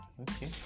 okay